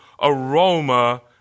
aroma